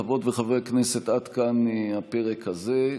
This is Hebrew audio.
חברות וחברי הכנסת עד כאן הפרק הזה.